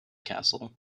castle